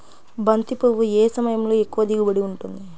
బంతి పువ్వు ఏ సమయంలో ఎక్కువ దిగుబడి ఉంటుంది?